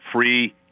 free